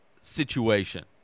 situation